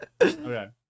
Okay